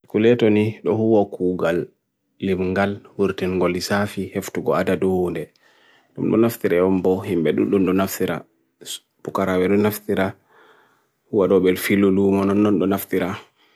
Iku le to ni, do hu wa koo gal, lemung gal, hur ten goli safi, hef to go adaduhu ne. Nun naf tere ombo, himbe dun dun naf tera, bukara verun naf tera, hu wa dobel filu lungononononon naf tera.